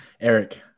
Eric